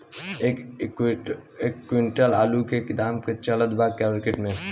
एक क्विंटल आलू के का दाम चलत बा मार्केट मे?